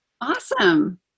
awesome